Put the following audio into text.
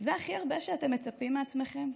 זה הכי הרבה שאתם מצפים מעצמכם?